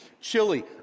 chili